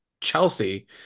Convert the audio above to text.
Chelsea